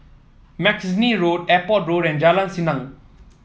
Mackenzie Road Airport Road and Jalan Senang